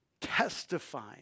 testifying